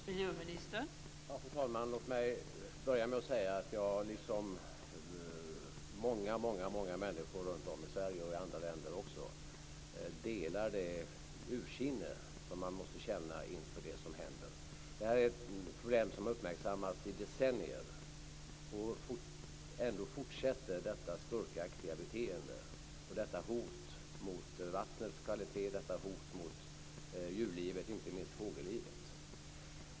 Fru talman! Låt mig börja med att säga att jag liksom många andra människor runtom i Sverige, och i andra länder också, delar det ursinne som man måste känna inför det som händer. Det här är ett problem som uppmärksammats i decennier. Ändå fortsätter detta skurkaktiga beteende och detta hot mot vattnets kvalitet och djurlivet - inte minst fågellivet.